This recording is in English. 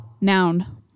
Noun